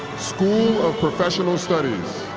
school of professional studies